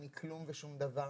אני כלום ושום דבר,